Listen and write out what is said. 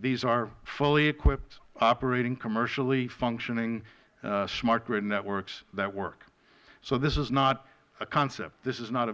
these are fully equipped operating commercially functioning smart grid networks that work so this is not a concept this is not a